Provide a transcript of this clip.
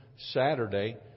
Saturday